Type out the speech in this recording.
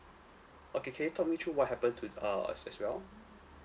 okay can you talk me through what happened to err as as well